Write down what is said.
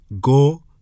Go